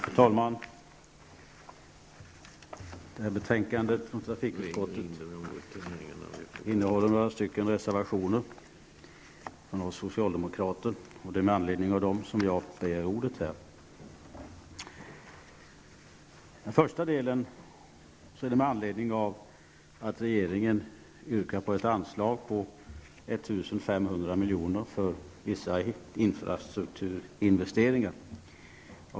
Fru talman! Detta betänkande från trafikutskottet innehåller några reservationer från oss socialdemokrater. De är med anledning av dessa som jag har begärt ordet. Regeringen yrkar på ett anslag på 1 500 milj.kr. för vissa infrastrukturinvesteringar.